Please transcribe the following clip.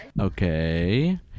Okay